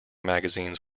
magazines